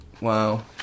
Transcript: Wow